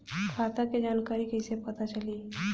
खाता के जानकारी कइसे पता चली?